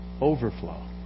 overflow